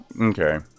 Okay